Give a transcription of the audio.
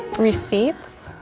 receipts?